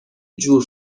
جور